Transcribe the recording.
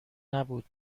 نبود